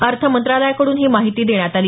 अर्थ मंत्रालयाकडून ही माहिती देण्यात आली